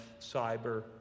cyber